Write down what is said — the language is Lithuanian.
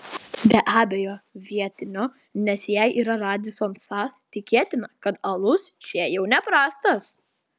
be abejo vietinio nes jei yra radisson sas tikėtina kad alus čia jau neprastas